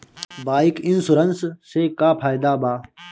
Bike insurance से का फायदा बा?